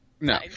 No